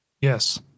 Yes